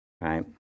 right